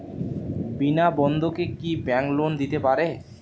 বিনা বন্ধকে কি bank loan দিতে পারে?